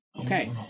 Okay